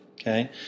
Okay